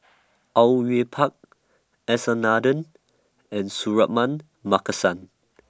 Au Yue Pak S R Nathan and Suratman Markasan